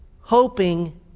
hoping